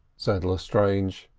said lestrange.